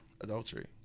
adultery